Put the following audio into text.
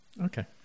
Okay